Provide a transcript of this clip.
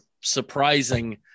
surprising